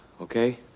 Okay